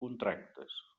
contractes